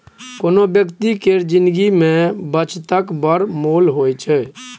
कोनो बेकती केर जिनगी मे बचतक बड़ मोल होइ छै